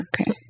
Okay